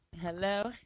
Hello